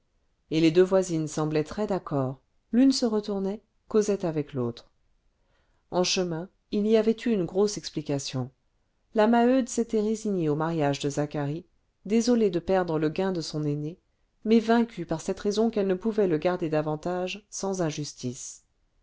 et les deux voisines semblaient très d'accord l'une se retournait causait avec l'autre en chemin il y avait eu une grosse explication la maheude s'était résignée au mariage de zacharie désolée de perdre le gain de son aîné mais vaincue par cette raison qu'elle ne pouvait le garder davantage sans injustice